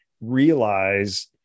realize